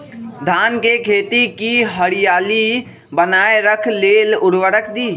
धान के खेती की हरियाली बनाय रख लेल उवर्रक दी?